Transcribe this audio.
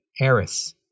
Eris